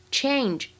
change